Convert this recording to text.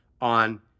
on